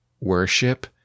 worship